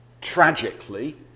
Tragically